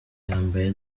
yambaye